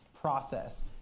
process